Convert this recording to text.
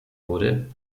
wurde